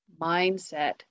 mindset